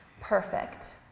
Perfect